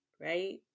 Right